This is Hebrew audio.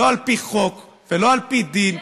לא על פי חוק ולא על פי דין.